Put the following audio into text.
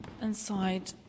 inside